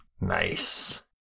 Nice